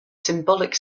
symbolic